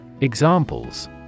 Examples